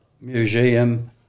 museum